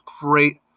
great